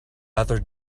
other